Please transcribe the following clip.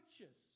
righteous